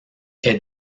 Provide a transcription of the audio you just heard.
est